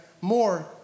more